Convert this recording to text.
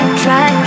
try